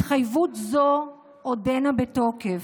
התחייבות זו עודנה בתוקף.